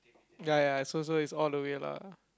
ya ya so so is all the way lah